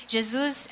Jesus